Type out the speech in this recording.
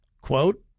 Quote